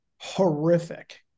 horrific